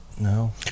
no